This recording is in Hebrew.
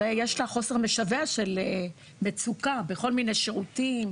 הרי יש לה חוסר משווע של מצוקה בכל מיני שירותים?